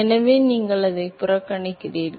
எனவே நீங்கள் அதை புறக்கணிக்கிறீர்கள்